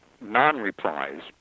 non-replies